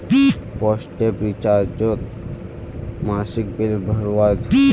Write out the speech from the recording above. postpaid रिचार्जोत मासिक bill भरवा होचे